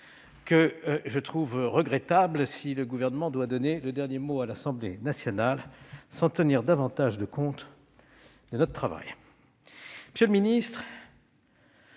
conditions regrettables si le Gouvernement doit donner le dernier mot à l'Assemblée nationale sans tenir davantage compte de notre travail.